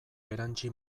erantsi